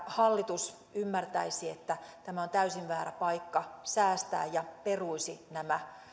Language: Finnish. hallitus ymmärtäisi että tämä on täysin väärä paikka säästää ja peruisi nämä